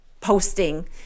posting